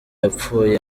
yapfuye